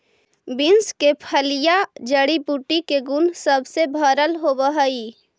beans के फलियां जड़ी बूटी के गुण सब से भरल होब हई